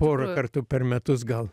porą kartų per metus gal